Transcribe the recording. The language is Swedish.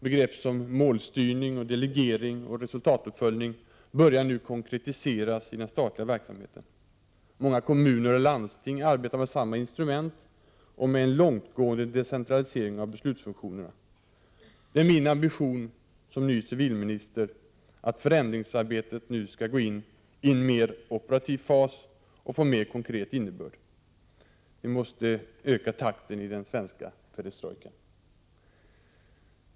Begrepp som målstyrning, delegering och resultatuppföljning börjar nu konkretiseras i den statliga verksamheten. Många kommuner och landsting arbetar med samma instrument och med en långtgående decentralisering av beslutsfunktionerna. Det är min ambition som ny civilminister att förändringsarbetet nu skall gå in i en mer operativ fas och få mer konkret innebörd. Vi måste öka takten i den svenska perestrojkan.